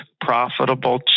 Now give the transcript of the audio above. profitable